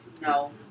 No